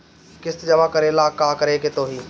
किस्त जमा करे ला का करे के होई?